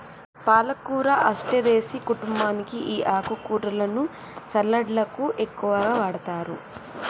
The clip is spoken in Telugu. పాలకూర అస్టెరెసి కుంటుంబానికి ఈ ఆకుకూరలను సలడ్లకు ఎక్కువగా వాడతారు